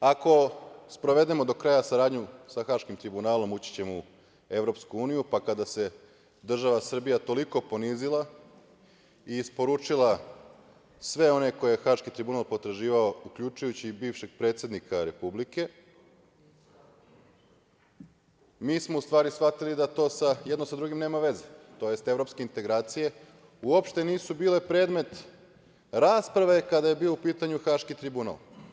Ako sprovedemo do kraja saradnju sa Haškim tribunalom, ući ćemo u EU, pa kada se država Srbija toliko ponizila i isporučila sve one koje je Haški tribunal potraživao, uključujući i bivšeg predsednika republike, mi smo u stvari shvatili da to jedno sa drugim nema veze, tj. evropske integracije uopšte nisu bile predmet rasprave kada je bio u pitanju Haški tribunal.